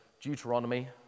Deuteronomy